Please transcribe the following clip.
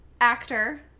actor